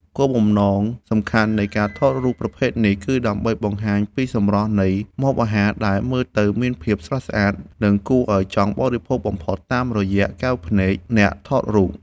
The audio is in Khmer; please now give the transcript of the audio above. គោលបំណងសំខាន់នៃការថតរូបប្រភេទនេះ គឺដើម្បីបង្ហាញពីសម្រស់នៃម្ហូបអាហារដែលមើលទៅមានភាពស្រស់ស្អាត និងគួរឱ្យចង់បរិភោគបំផុតតាមរយៈកែវភ្នែកអ្នកថតរូប។